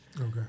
Okay